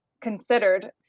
considered